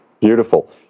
Beautiful